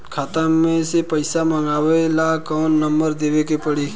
खाता मे से पईसा मँगवावे ला कौन नंबर देवे के पड़ी?